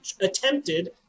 attempted